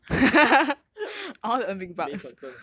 main concern ah